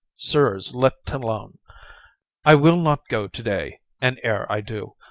sirs, let t alone i will not go to-day and ere i do,